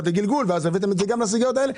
לגלגול ואז הבאתם את זה גם לגבי הסיגריות האלקטרוניות.